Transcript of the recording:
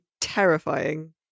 terrifying